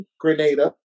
grenada